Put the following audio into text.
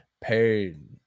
Pain